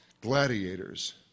gladiators